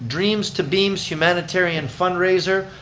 dreams to beams humanitarian fundraiser.